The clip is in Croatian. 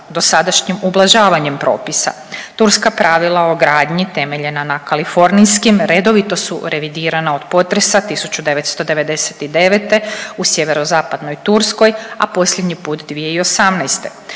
dosadašnjim ublažavanjem propisa. Turska pravila o gradnji temeljena na kalifornijskim redovito su revidirana od potresa 1999. u Sjeverozapadnoj Turskoj, a posljednji put 2018.